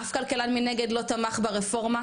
אף כלכלן מנגד לא תמך ברפורמה,